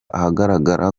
ahagaragara